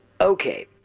Okay